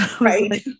right